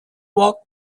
walk